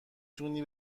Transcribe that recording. تونی